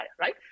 right